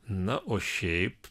na o šiaip